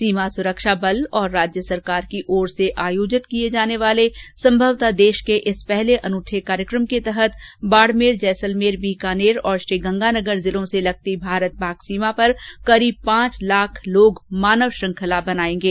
सीमा सुरक्षा बल और राज्य सरकार की ओर से आयोजित किए जाने वाले संभवत देश के इस पहले अनूठे कार्यक्रम के तहत राजस्थान के बाडमेर जैसलमेर बीकानेर और श्रीगंगानगर जिलों से लगती भारत पाक सीमा पर करीब पांच लाख लोग मानव श्रृंखला बनाएंगे